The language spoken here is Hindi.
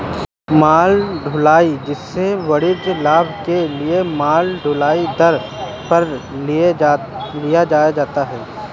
माल ढुलाई, जिसे वाणिज्यिक लाभ के लिए माल ढुलाई दर पर ले जाया जाता है